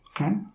Okay